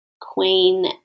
queen